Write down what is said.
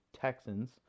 texans